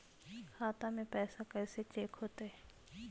खाता में पैसा कैसे चेक हो तै?